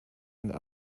and